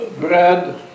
bread